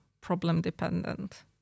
problem-dependent